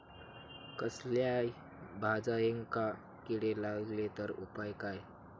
कसल्याय भाजायेंका किडे लागले तर उपाय काय?